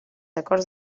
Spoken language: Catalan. acords